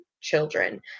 children